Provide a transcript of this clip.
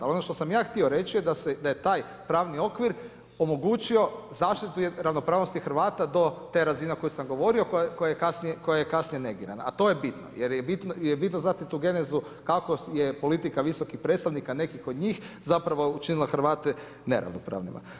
Ali ono što sam ja htio reći je da je taj pravni okvir omogućio zaštitu ravnopravnosti Hrvata do te razine o kojoj sam govorio koja je kasnije negirana a to je bitno jer je bitno znati tu genezu kako je politika visokih predstavnika nekih od njih zapravo učinila Hrvate neravnopravnima.